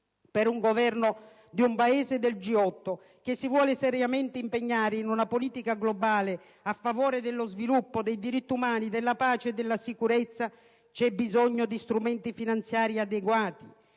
Per un Governo di un Paese del G8 che si vuole seriamente impegnare in una politica globale a favore dello sviluppo, dei diritti umani, della pace e della sicurezza c'è bisogno di strumenti finanziari adeguati.